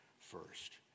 first